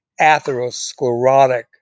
atherosclerotic